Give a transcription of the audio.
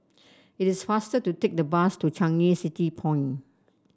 it is faster to take the bus to Changi City Point